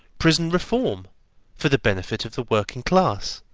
prison reform for the benefit of the working class.